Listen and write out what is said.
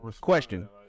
Question